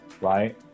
right